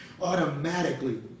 automatically